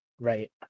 right